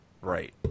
Right